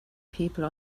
people